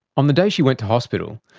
on the day she went to hospital,